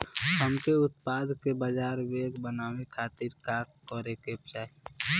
हमके उत्पाद के बाजार योग्य बनावे खातिर का करे के चाहीं?